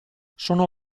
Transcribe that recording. sono